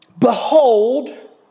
Behold